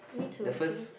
need to